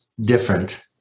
different